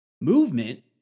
Movement